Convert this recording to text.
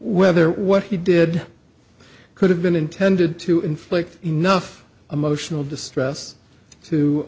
whether what he did could have been intended to inflict enough emotional distress to